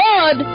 God